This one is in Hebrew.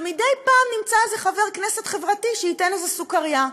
ומדי פעם נמצא איזה חבר כנסת חברתי שייתן איזו סוכרייה.